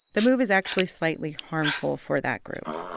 the move is actually slightly harmful for that group.